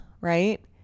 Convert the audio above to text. right